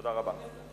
תודה רבה.